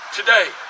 today